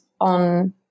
on